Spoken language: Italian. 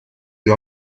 più